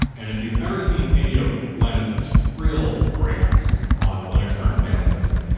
and if you've ever seen any of linus's real rants on the linux kernel mailing list,